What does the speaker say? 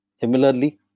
Similarly